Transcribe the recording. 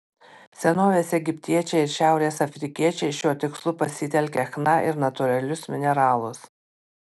senovės egiptiečiai ir šiaurės afrikiečiai šiuo tikslu pasitelkė chna ir natūralius mineralus